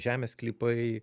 žemės sklypai